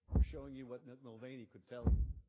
we are showing you what mulvaney could tell you.